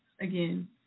Again